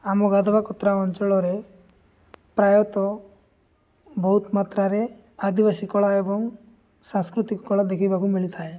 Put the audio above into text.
ଆମ ଗାଧୁବା କତ୍ରା ଅଞ୍ଚଳରେ ପ୍ରାୟତଃ ବହୁତ ମାତ୍ରାରେ ଆଦିବାସୀ କଳା ଏବଂ ସାଂସ୍କୃତିକ କଳା ଦେଖିବାକୁ ମିଳିଥାଏ